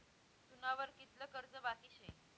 तुना वर कितलं कर्ज बाकी शे